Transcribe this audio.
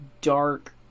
dark